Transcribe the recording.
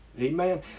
Amen